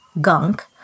Gunk